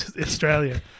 Australia